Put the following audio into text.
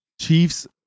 Chiefs